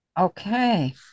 Okay